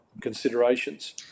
considerations